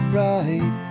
right